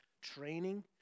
training